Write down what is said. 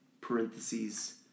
parentheses